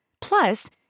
Plus